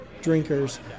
drinkers